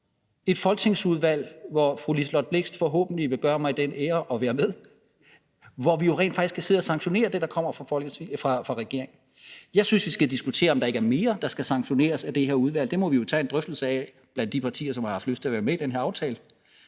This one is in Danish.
et folketingsudvalg, hvor fru Liselott Blixt forhåbentlig vil gøre mig den ære at være med, og hvor vi jo rent faktisk kan sidde og sanktionere det, der kommer fra regeringen. Jeg synes, vi skal diskutere, om der ikke er mere, der skal sanktioneres af det her udvalg. Det må vi jo tage en drøftelse af blandt de partier, som har haft lyst til at være med i den her aftale.